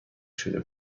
شده